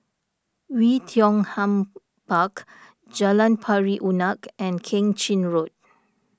Oei Tiong Ham Park Jalan Pari Unak and Keng Chin Road